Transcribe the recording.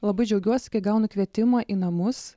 labai džiaugiuosi kai gaunu kvietimą į namus